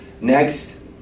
next